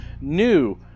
New